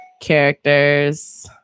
characters